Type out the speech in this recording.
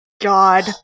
god